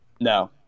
No